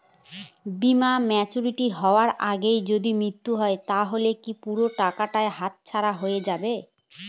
বীমা ম্যাচিওর হয়ার আগেই যদি মৃত্যু হয় তাহলে কি পুরো টাকাটা হাতছাড়া হয়ে যাবে?